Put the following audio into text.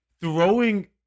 throwing